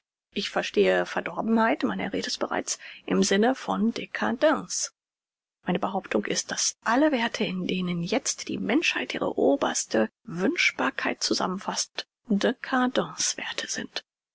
ich verstehe verdorbenheit man erräth es bereits im sinne von dcadence meine behauptung ist daß alle werthe in denen jetzt die menschheit ihre oberste wünschbarkeit zusammenfaßt dcadence werthe sind